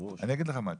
אני אגיד לך מה התשובה,